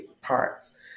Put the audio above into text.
parts